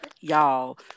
y'all